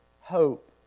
hope